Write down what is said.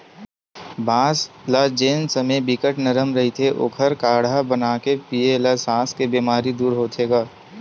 बांस ल जेन समे बिकट नरम रहिथे ओखर काड़हा बनाके पीए ल सास के बेमारी ह दूर होथे गा